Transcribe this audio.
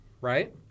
right